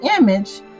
image